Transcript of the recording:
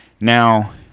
Now